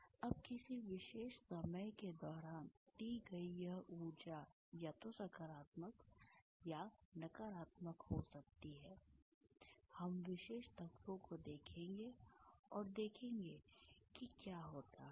अब किसी विशेष समय के दौरान दी गई यह ऊर्जा या तो सकारात्मक या नकारात्मक हो सकती है हम विशेष तत्वों को देखेंगे और देखेंगे कि क्या होता है